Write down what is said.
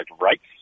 rights